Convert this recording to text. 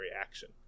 action